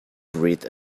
breathed